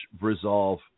resolve